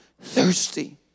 thirsty